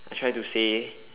I try to say